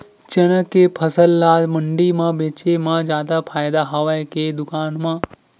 चना के फसल ल मंडी म बेचे म जादा फ़ायदा हवय के दुकान म?